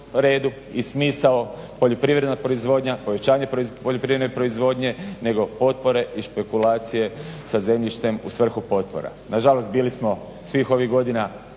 redu i smisao poljoprivredna proizvodnja, povećanje poljoprivredne proizvodnje nego potpore i špekulacije sa zemljištem u svrhu potpora. Nažalost, bili smo svih ovih godina